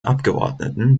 abgeordneten